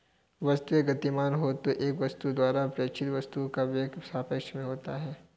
वस्तुएं गतिमान हो तो एक वस्तु द्वारा प्रेक्षित दूसरे वस्तु का वेग सापेक्ष में होता है